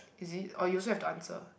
is it or you also have to answer